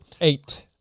Eight